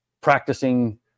practicing